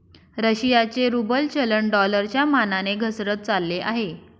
रशियाचे रूबल चलन डॉलरच्या मानाने घसरत चालले आहे